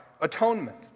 atonement